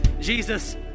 jesus